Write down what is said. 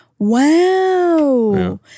Wow